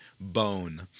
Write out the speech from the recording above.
bone